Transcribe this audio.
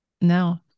no